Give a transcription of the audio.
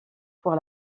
pour